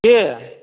के